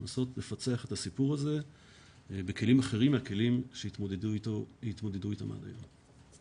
לנסות לפצח את הסיפור הזה בכלים אחרים מהכלים שהתמודדו אתם עד היום.